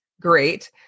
great